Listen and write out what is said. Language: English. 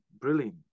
brilliant